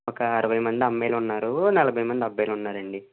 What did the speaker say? ఒక అరవై మంది అమ్మాయిలు ఉన్నారు నలభై మంది అబ్బాయిలు ఉన్నారండి